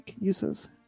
uses